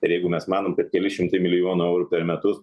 ir jeigu mes manom kad keli šimtai milijonų eurų per metus